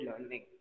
learning